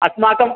अस्माकं